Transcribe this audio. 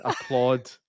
applaud